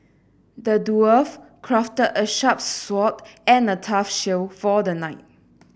the dwarf crafted a sharp sword and a tough shield for the knight